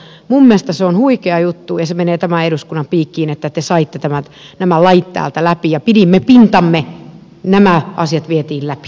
minun mielestäni se on huikea juttu ja se menee tämän eduskunnan piikkiin että te saitte nämä lait täältä läpi ja pidimme pintamme että nämä asiat vietiin läpi